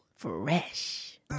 Fresh